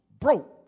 broke